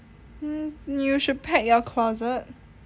hmm you should pack your closet